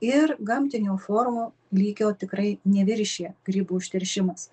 ir gamtinių formų lygio tikrai neviršija grybų užteršimas